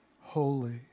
holy